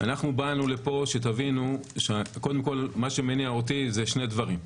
אנחנו באנו לפה ומה שמניע אותי אלה שני דברים.